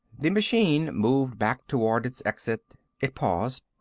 the machine moved back toward its exit. it paused.